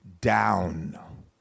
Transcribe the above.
down